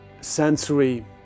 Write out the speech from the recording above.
sensory